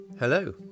Hello